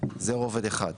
זה רובד אחד.